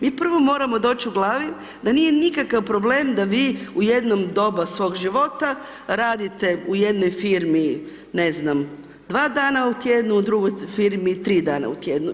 Mi prvo moramo doći u glavi, da nije nikakav problem, da vi u jednom doba svog života, radite u jednoj firmi, ne znam, dva dana u tjednu, u drugoj firmi 3 dana u tjednu.